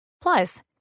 Plus